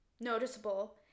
noticeable